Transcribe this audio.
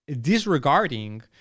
Disregarding